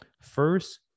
First